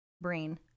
brain